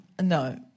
No